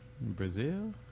brazil